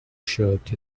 shirt